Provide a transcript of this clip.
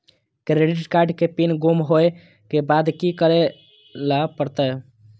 Credit card के PIN गुम होय के बाद की करै ल परतै?